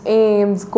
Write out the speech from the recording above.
aims